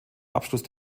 abschluss